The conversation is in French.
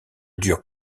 dure